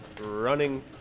running